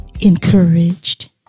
encouraged